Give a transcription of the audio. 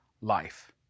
life